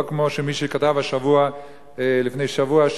לא כמו שמישהו כתב לפני שבוע,